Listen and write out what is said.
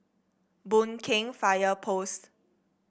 Boon Keng Fire Post